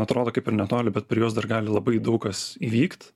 atrodo kaip ir netoli bet per juos dar gali labai daug kas įvykt